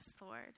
Lord